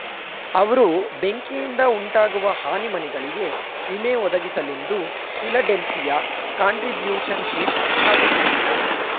ಅವ್ರು ಬೆಂಕಿಯಿಂದಉಂಟಾಗುವ ಹಾನಿ ಮನೆಗಳಿಗೆ ವಿಮೆ ಒದಗಿಸಲೆಂದು ಫಿಲಡೆಲ್ಫಿಯ ಕಾಂಟ್ರಿಬ್ಯೂಶನ್ಶಿಪ್ ಸ್ಥಾಪಿಸಿದ್ರು